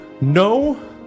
NO